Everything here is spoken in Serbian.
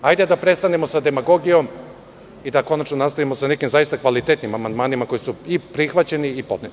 Hajde da prestanemo sa demagogijom i da konačno nastavimo sa nekim zaista kvalitetnim amandmanima koji su i prihvaćeni i podneti.